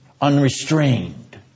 Unrestrained